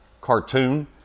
cartoon